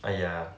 !aiya!